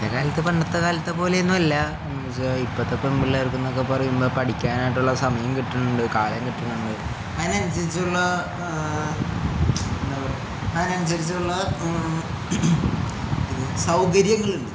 ഇത്തെ കാലത്ത് പണ്ടത്തെ കാലത്ത് പോലെയൊന്നുല്ല എന്ന് വച്ചാ ഇപ്പത്തെ പി പിള്ളേർക്കന്നൊക്കെ പറയുമ്പോ പഠിക്കാനായിട്ടുള്ള സമയം കിട്ടുന്നുണ്ട് കാലം കിട്ടുന്നുണ്ട് അയിനനുസരിച്ചുള്ള എന്താ അയിനനുസരിച്ചുള്ള സൗകര്യങ്ങളുണ്ട്